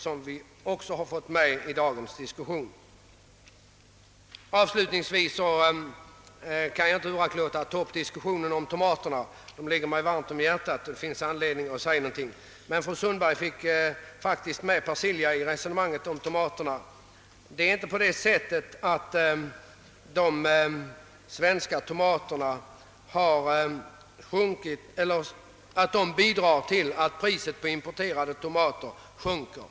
Jag kan inte uraktlåta att ta upp diskussionen om tomaterna — de ligger mig varmt om hjärtat. Fru Sundberg fick faktiskt med en del persilja i resonemanget om tomaterna. Det är inte på det sättet att de svenska tomaterna bi drar till att priset på importerade tomater sjunker.